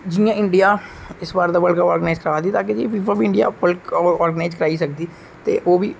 जियां इडियां इस बारी दा बल्ड कप आरॅगैनाइज करा दी ते अग्गे जेइये फीफा बल्ड कप आरॅगैनाइज करबाई सकदी ऐ ते ओह बी